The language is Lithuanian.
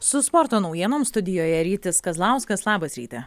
su sporto naujienom studijoje rytis kazlauskas labas ryti